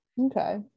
okay